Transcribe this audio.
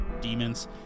demons